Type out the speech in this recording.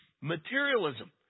Materialism